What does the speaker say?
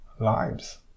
lives